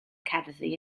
cerddi